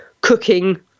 cooking